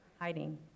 Hiding